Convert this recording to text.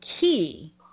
key